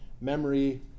memory